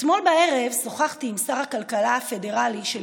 אתמול בערב שוחחתי עם שר הכלכלה הפדרלי של